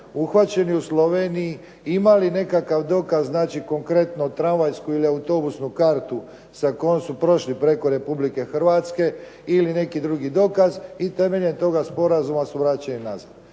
uhvaćeni u Sloveniji, imali nekakav dokaz, znači konkretno tramvajsku ili autobusnu kartu sa kojom su prošli preko Republike Hrvatske ili neki drugi dokaz i temeljem toga sporazuma su vraćeni nazad.